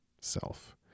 self